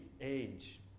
age